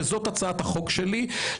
וזאת הצעת החוק שלי,